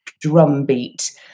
drumbeat